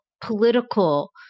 political